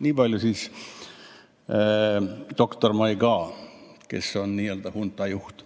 Nii palju siis doktor Maïgast, kes on nii‑öelda hunta juht.